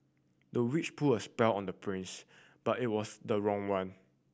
the witch put a spell on the prince but it was the wrong one